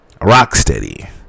Rocksteady